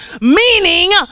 meaning